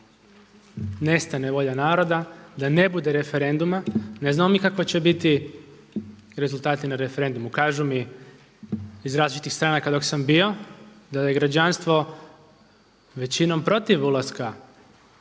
nestane volja naroda, da ne bude referenduma. Ne znamo mi kakvi će biti rezultati na referendumu. Kažu mi iz različitih stranaka dok sam bio da je građanstvo većinom protiv ulaska